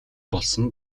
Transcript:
болсон